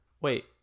Wait